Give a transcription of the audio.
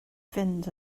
fynd